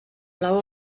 blau